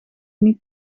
niet